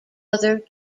other